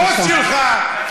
הבוס שלך,